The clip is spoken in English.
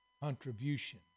contribution